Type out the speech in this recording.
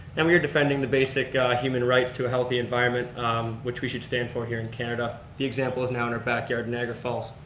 and we are defending the basic human rights to a healthy environment which we should stand for here in canada. the example is now in our backyard in niagara falls.